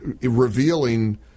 revealing